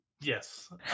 yes